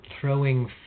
throwing